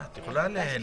את יכולה להמליץ.